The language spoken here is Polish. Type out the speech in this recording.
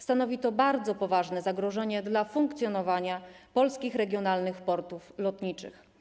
Stanowi to bardzo poważne zagrożenie dla funkcjonowania polskich regionalnych portów lotniczych.